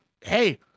hey